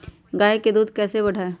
गाय का दूध कैसे बढ़ाये?